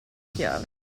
chiavi